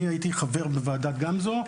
אני הייתי חבר בוועדת גמזו,